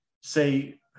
say